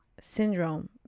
syndrome